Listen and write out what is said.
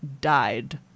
died